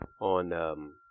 on –